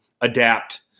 adapt